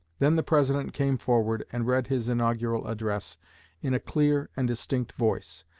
then the president came forward and read his inaugural address in a clear and distinct voice.